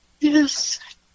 Yes